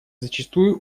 зачастую